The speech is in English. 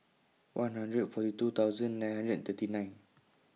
one hundred forty two thousand nine hundred and thirty nine